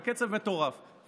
בקצב מטורף,